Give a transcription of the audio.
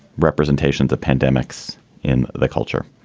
representation to pandemics in the culture.